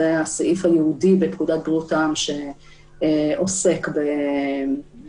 שזה הסעיף הייעודי בפקודת בריאות העם שעוסק במגפה.